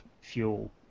fuel